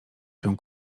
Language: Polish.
się